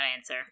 answer